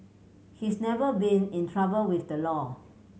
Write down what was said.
he's never been in trouble with the law